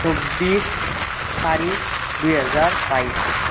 চৌব্বিছ চাৰি দুহেজাৰ বাইছ